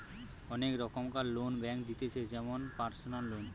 অনেক রোকমকার loan bank দিতেছে যেমন পারসনাল লোন